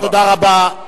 תודה רבה.